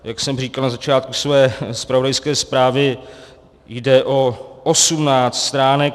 Jak jsem říkal na začátku své zpravodajské zprávy, jde o 18 stránek.